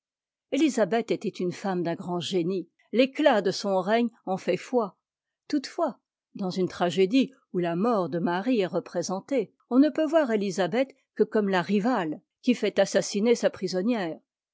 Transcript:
élisabeth était une femme d'un grand génie l'éclat de son règne en fait foi toutefois dans une tragédie où la mort de marie est représentée on ne peut voir élisabeth que comme a rivale qui fait assassiner sa prisonnière